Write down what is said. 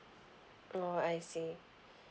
oh I see